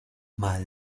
mal